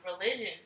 religion